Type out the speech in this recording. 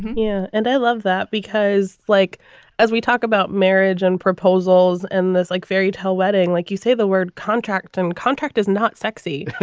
yeah and i love that because like as we talk about marriage and proposals and this like fairy tale wedding, like you say, the word contract and contract is not sexy,